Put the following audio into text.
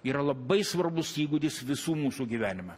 yra labai svarbus įgūdis visų mūsų gyvenime